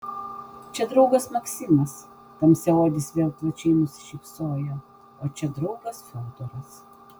čia draugas maksimas tamsiaodis vėl plačiai nusišypsojo o čia draugas fiodoras